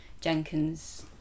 Jenkins